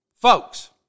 Folks